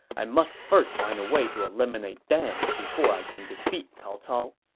i must first find a way to eliminate them before i can defeat cao cao.